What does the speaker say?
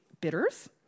bitters